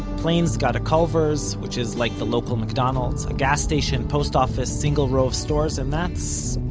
plain's got a culvers, which is like the local mcdonald's, a gas station, post office, single row of stores, and that's,